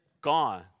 gone